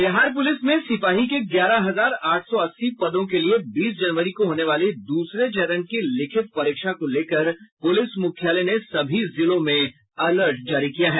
बिहार प्रलिस में सिपाही के ग्यारह हजार आठ सौ अस्सी पदों के लिए बीस जनवरी को होनेवाली दूसरे चरण की लिखित परीक्षा को लेकर पुलिस मुख्यालय ने सभी जिलों में अलर्ट जारी किया है